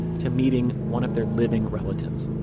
to meeting one of their living relatives